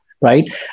right